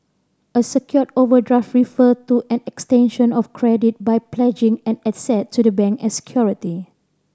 a secured overdraft refer to an extension of credit by pledging an asset to the bank as security